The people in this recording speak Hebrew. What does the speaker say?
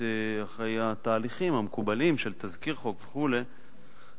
אחרי התהליכים המקובלים של תזכיר חוק וכדומה,